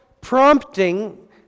prompting